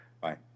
Bye